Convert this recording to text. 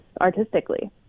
artistically